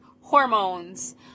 hormones